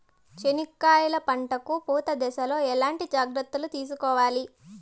చెనక్కాయలు పంట కు పూత దశలో ఎట్లాంటి జాగ్రత్తలు తీసుకోవాలి?